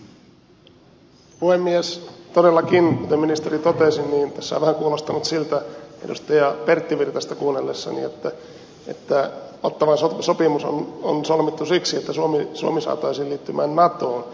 todellakin kuten ministeri totesi tässä on vähän kuulostanut siltä edustaja pertti virtasta kuunnellessani että ottawan sopimus on solmittu siksi että suomi saataisiin liittymään natoon